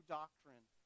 doctrine